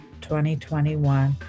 2021